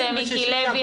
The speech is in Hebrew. חבר הכנסת מיקי לוי,